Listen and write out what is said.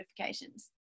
notifications